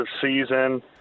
season